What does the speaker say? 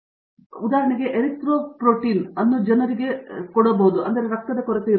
Satyanarayana N Gummadi ಉದಾಹರಣೆಗೆ ನೀವು erythropoietin ಅನ್ನು ಕೊಡುವ ಜನರಿಗೆ ರಕ್ತದ ಕೊರತೆಯಿಂದ